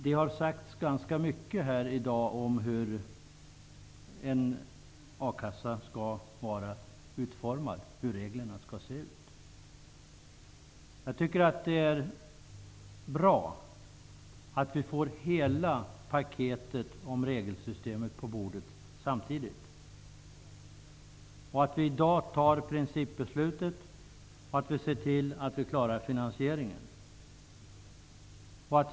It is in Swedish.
Det har i dag sagts ganska mycket om hur en a-kassa skall vara utformad och om hur reglerna skall se ut. Det är bra att vi får hela paketet om regelsystemet på bordet på en gång och att vi i dag fattar principbeslutet. Vi ser till att vi klarar finansieringen.